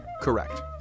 Correct